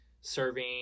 serving